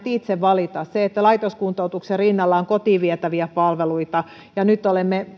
itse valita ja siinä että laitoskuntoutuksen rinnalla on kotiin vietäviä palveluita ja nyt olemme